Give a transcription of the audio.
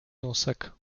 nosek